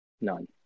None